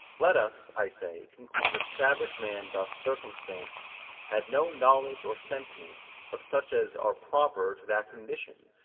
let us, i say, conclude that savage man thus circumstanced had no knowledge or sentiment but such as are proper to that condition,